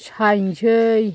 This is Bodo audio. सायनोसै